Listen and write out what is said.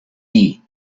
dir